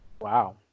Wow